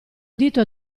dito